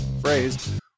phrase